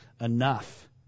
enough